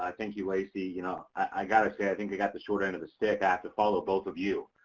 thank you lacy. you know, i gotta say i think i got the short end of the stick. i have to follow both of you.